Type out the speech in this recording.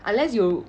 unless 有